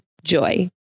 Joy